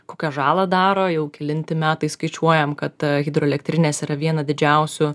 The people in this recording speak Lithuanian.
kokią žalą daro jau kelinti metai skaičiuojam kad hidroelektrinės yra viena didžiausių